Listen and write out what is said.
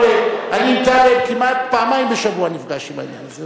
אני עם טלב כמעט פעמיים בשבוע נפגש בעניין הזה.